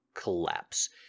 collapse